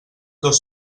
dos